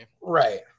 Right